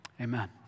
Amen